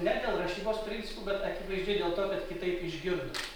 ne dėl rašybos principų bet akivaizdžiai dėl to kad kitaip išgirdo